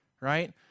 right